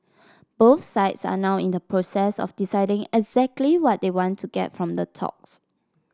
both sides are now in the process of deciding exactly what they want to get from the talks